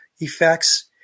effects